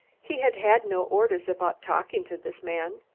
he had had no orders about talking to this man,